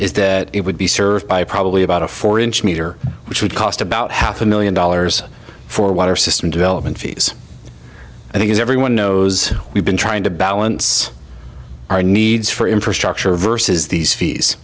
is that it would be served by probably about a four inch meter which would cost about half a million dollars for water system development fees and as everyone knows we've been trying to balance our needs for infrastructure versus these fees